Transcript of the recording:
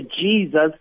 Jesus